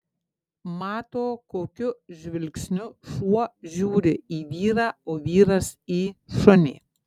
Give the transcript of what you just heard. mato kokiu žvilgsniu šuo žiūri į vyrą o vyras į šunį